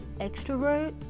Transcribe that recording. extrovert